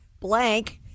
blank